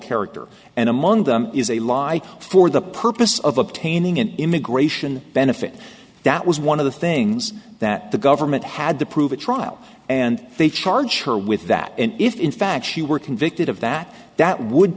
character and among them is a lie for the purpose of obtaining an immigration benefit that was one of the things that the government had to prove a trial and they charged her with that and if in fact she were convicted of that that would